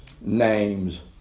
names